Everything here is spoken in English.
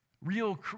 Real